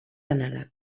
anàleg